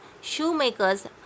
shoemakers